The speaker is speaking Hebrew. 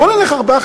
בוא נלך ארבעה,